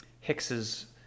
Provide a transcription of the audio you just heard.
Hicks's